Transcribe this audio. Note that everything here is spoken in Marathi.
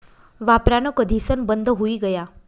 वापरान कधीसन बंद हुई गया